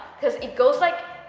because it goes like,